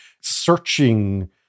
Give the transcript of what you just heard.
searching